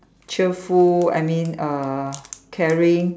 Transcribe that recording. cheerful I mean uh caring